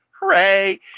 Hooray